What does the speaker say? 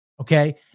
Okay